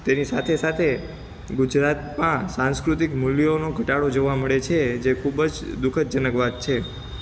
તેની સાથે સાથે ગુજરાતમાં સાંસ્કૃતિક મૂલ્યોનો ઘટાડો જોવા મળે છે જે ખૂબ જ દુઃખત જનક વાત છે